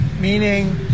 meaning